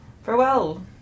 Farewell